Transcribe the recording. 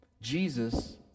Jesus